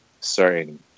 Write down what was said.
certain